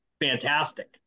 fantastic